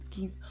give